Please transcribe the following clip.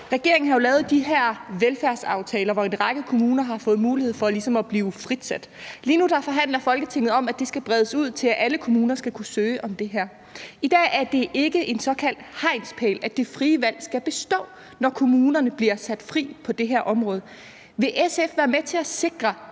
Regeringen har jo lavet her velfærdsaftaler, hvor en række kommuner har fået mulighed for ligesom at blive fritsat. Lige nu forhandler Folketinget om, at det skal bredes ud, så alle kommuner skal kunne søge om det. I dag er det ikke en såkaldt hegnspæl, at det frie valg skal bestå, når kommunerne bliver sat fri på det her område. Vil SF være med til at sikre,